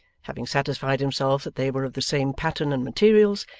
having satisfied himself that they were of the same pattern and materials,